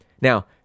Now